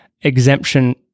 exemption